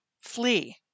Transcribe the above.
flee